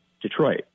detroit